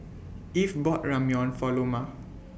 Eve bought Ramyeon For Loma